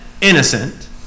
innocent